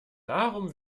darum